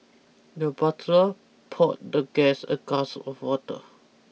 the butler poured the guest a glass of water